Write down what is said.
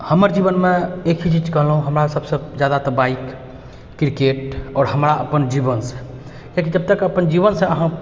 हमर जीवनमे एक ही चीज कहलहुँ हमरासभसँ जादा तऽ बाइक क्रिकेट आओर हमरा अपन जीवनसँ किआकि जबतक अपन जीवनसँ अहाँ